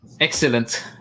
Excellent